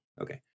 Okay